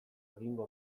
egingo